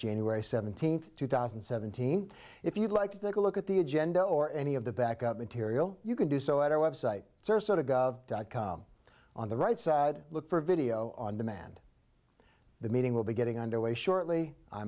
january seventeenth two thousand and seventeen if you'd like to take a look at the agenda or any of the backup material you can do so at our website dot com on the right side look for video on demand the meeting will be getting underway shortly i